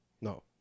No